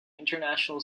international